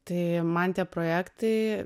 tai man tie projektai